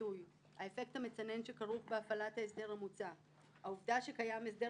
להסתפק בהעברת סמכות